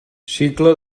cicle